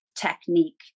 technique